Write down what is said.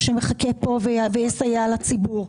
שמחכה פה ותסייע לציבור.